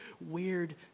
weird